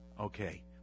Okay